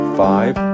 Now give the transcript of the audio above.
five